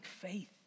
faith